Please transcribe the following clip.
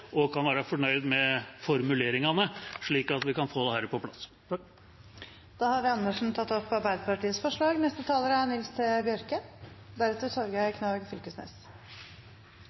kan være fornøyd med formuleringene, slik at vi kan få dette på plass. Representanten Dag Terje Andersen har tatt opp